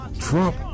Trump